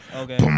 okay